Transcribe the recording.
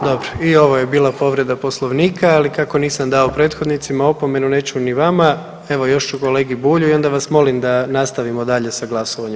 Dobro i ovo je bila povreda Poslovnika, ali kako nisam dao prethodnicima opomenu, neću ni vama, evo još ću kolegi Bulji i onda vas molim da nastavimo dalje s glasovanjem.